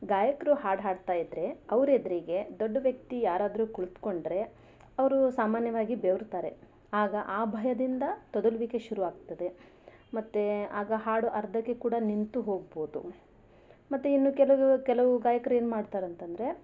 ಗಾಯಕರು ಹಾಡು ಹಾಡ್ತಾ ಇದ್ರೆ ಅವ್ರೆದುರಿಗೆ ದೊಡ್ಡ ವ್ಯಕ್ತಿ ಯಾರಾದರೂ ಕುಳಿತ್ಕೊಂಡ್ರೆ ಅವರು ಸಾಮಾನ್ಯವಾಗಿ ಬೆವರ್ತಾರೆ ಆಗ ಆ ಭಯದಿಂದ ತೊದಲುವಿಕೆ ಶುರುವಾಗ್ತದೆ ಮತ್ತೇ ಆಗ ಹಾಡು ಅರ್ಧಕ್ಕೆ ಕೂಡ ನಿಂತುಹೋಗ್ಬೋದು ಮತ್ತೆ ಇನ್ನು ಕೆಲವು ಕೆಲವು ಗಾಯಕರು ಏನು ಮಾಡ್ತಾರೆ ಅಂತಂದರೆ